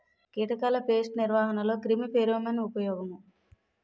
కీటకాల పేస్ట్ నిర్వహణలో క్రిమి ఫెరోమోన్ ఉపయోగం